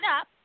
up